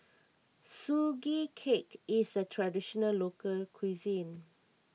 Sugee Cake is a Traditional Local Cuisine